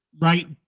right